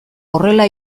horrela